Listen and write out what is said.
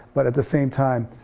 but at the same time,